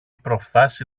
προφθάσει